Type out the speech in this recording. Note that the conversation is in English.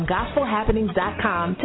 GospelHappenings.com